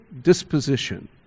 disposition